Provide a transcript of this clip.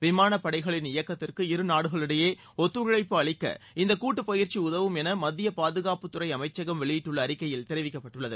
விமானப்படைகளின் இயக்கத்திற்கு இரு நாடுகளிடையே ஒத்துழைப்பு அளிக்க இந்தக் கூட்டுப் பயிற்சி உதவும் என மத்திய பாதுகாப்புத்துறை அமைச்சகம் வெளியிட்டுள்ள அறிக்கையில் தெிவிக்கப்பட்டுள்ளது